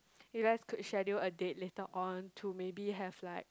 you guys could schedule a date later on to maybe have like